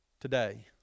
today